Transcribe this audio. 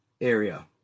area